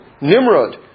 Nimrod